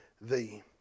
thee